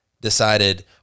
decided